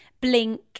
blink